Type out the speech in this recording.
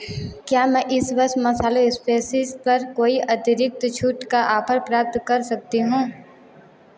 क्या मैं इस वर्ष मसाले स्पेसीज पर कोई अतिरिक्त छूट का आफर प्राप्त कर सकती हूँ